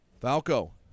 Falco